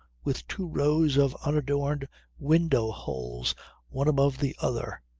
with two rows of unadorned window-holes one above the other,